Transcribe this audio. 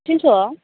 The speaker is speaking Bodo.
थिन छ'